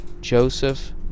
Joseph